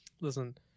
listen